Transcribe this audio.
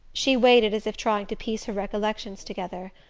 she waited, as if trying to piece her recollections together.